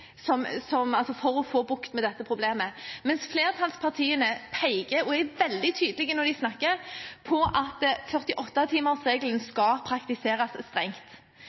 for å få bukt med dette problemet, mens flertallspartiene peker – og er veldig tydelige når de snakker – på at 48-timersregelen skal praktiseres strengt.